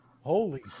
Holy